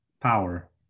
power